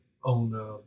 on